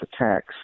attacks